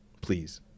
please